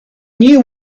knew